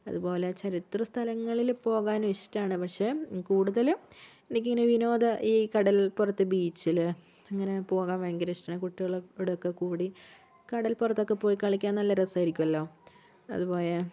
അതുപോലെ ചരിത്ര സ്ഥലങ്ങളില് പോകാനും ഇഷ്ടമാണ് പക്ഷെ കുടുതലും എനിക്കിങ്ങനെ വിനോദ ഈ കടൽപ്പുറത്ത് ബീച്ചില് അങ്ങനെ പോകാൻ ഭയങ്കര ഇഷ്ടമാണ് കുട്ടികളോടൊക്കെക്കൂടി കടൽപ്പുറത്തൊക്കെ പോയി കളിക്കാൻ നല്ല രസമായിരിക്കുമല്ലോ അതുപോലെ